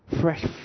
Fresh